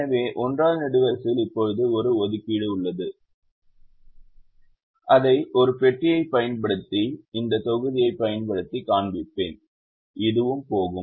எனவே 1 வது நெடுவரிசைக்கு இப்போது ஒரு ஒதுக்கீடு உள்ளது இதை ஒரு பெட்டியைப் பயன்படுத்தி இந்தத் தொகுதியைப் பயன்படுத்தி காண்பிப்பேன் இதுவும் போகும்